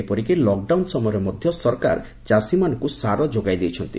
ଏପରିକି ଲକ୍ଡାଉନ୍ ସମୟରେ ମଧ୍ୟ ସରକାର ଚାଷୀମାନଙ୍କୁ ସାର ଯୋଗାଇ ଦେଇଛନ୍ତି